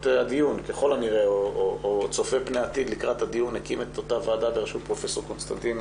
בדיקות למינריות כך שתוצג בפני המטופלת האופציה של טשטוש או